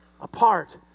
apart